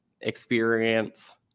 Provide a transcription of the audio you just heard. experience